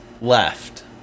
left